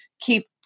keep